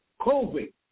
COVID